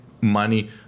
money